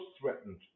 threatened